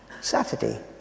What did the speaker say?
Saturday